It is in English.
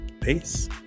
Peace